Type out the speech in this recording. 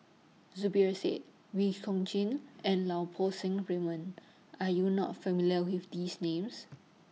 Zubir Said Wee Chong Jin and Lau Poo Seng Raymond Are YOU not familiar with These Names